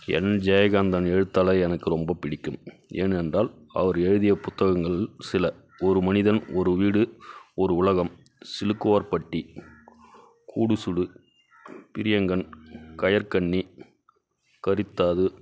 என் ஜெயகாந்தன் எழுத்த எனக்கு ரொம்ப பிடிக்கும் ஏனென்றால் அவர் எழுதிய புத்தகங்கள் சில ஒரு மனிதன் ஒரு வீடு ஒரு உலகம் சிலுக்குவார்பட்டி கூடுசூடு பிரியங்கன் கயற்கண்ணி கரித்தாது